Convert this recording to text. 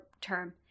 term